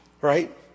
Right